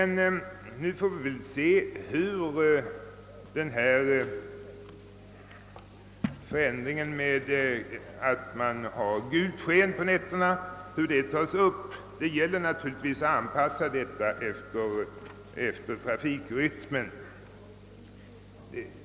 Nu får vi emellertid se hur den i dagarna genomförda förbätiringer med gult trafikljus på nätterna tas emot. Det gäller givetvis att anpassa signalerna efter trafikrytmen.